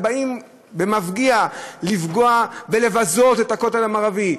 ובאים במפגיע לפגוע ולבזות את הכותל המערבי.